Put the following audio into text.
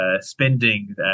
spending